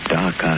dark